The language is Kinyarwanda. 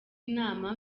inama